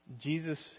Jesus